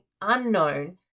unknown